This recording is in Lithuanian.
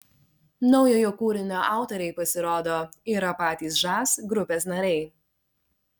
naujojo kūrinio autoriai pasirodo yra patys žas grupės nariai